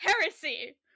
heresy